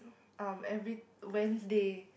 um every Wednesday